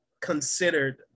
considered